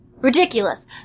Ridiculous